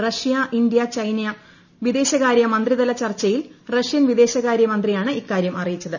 Russia India China വിദേശകാരൃ മന്ത്രിതല ചർച്ചയിൽ റഷ്യൻ വിദേശകാരൃ മന്ത്രിയാണ് ഇക്കാര്യം അറിയിച്ചത്